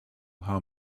how